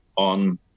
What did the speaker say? on